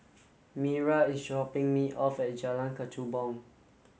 Mira is dropping me off at Jalan Kechubong